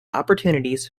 opportunities